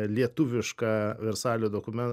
lietuvišką versalio dokumen